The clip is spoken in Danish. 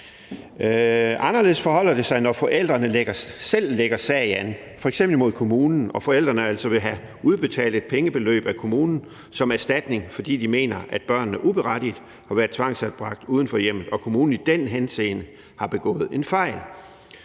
Anderledes forholder det sig, når forældrene selv lægger sag an imod f.eks. kommunen og forældrene vil have udbetalt et pengebeløb af kommunen som erstatning, fordi de mener, at børnene uberettiget har været tvangsanbragt uden for hjemmet, og at kommunen i den henseende har begået en fejl.